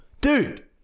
dude